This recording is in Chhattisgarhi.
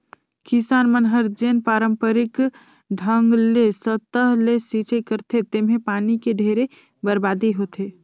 किसान मन हर जेन पांरपरिक ढंग ले सतह ले सिचई करथे तेम्हे पानी के ढेरे बरबादी होथे